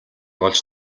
олж